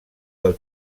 del